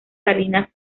salinas